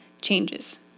changes